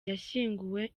yashyinguwe